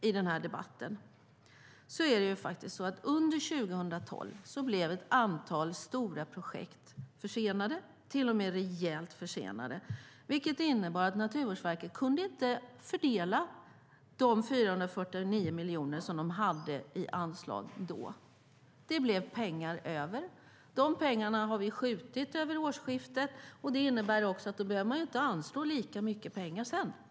Under 2012 blev ett antal stora projekt försenade, till och med rejält försenade, vilket innebar att Naturvårdsverket inte kunde fördela de 449 miljoner som fanns i anslag då. Det blev pengar över. De pengarna har vi skjutit över årsskiftet, och det innebär att det inte behöver anslås lika mycket pengar sedan.